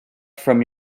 from